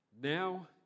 Now